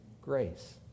grace